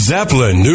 Zeppelin